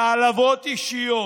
העלבות אישיות.